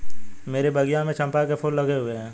मेरे बगिया में चंपा के फूल लगे हुए हैं